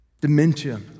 dementia